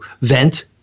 vent